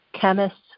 chemists